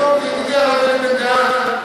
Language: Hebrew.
רק היום ידידי בן-דהן,